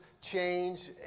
change